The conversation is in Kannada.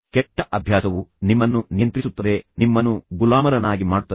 ಕೆಟ್ಟ ಅಭ್ಯಾಸವು ನಿಮ್ಮನ್ನು ನಿಯಂತ್ರಿಸುತ್ತದೆ ನಿಮ್ಮನ್ನು ಗುಲಾಮರನ್ನಾಗಿ ಮಾಡುತ್ತದೆ